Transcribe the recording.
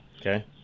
Okay